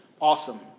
Awesome